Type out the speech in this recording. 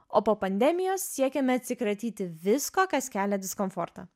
o po pandemijos siekiame atsikratyti visko kas kelia diskomfortą